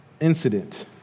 incident